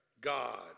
God